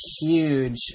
huge